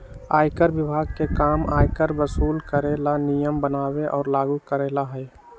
आयकर विभाग के काम आयकर वसूल करे ला नियम बनावे और लागू करेला हई